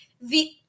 the-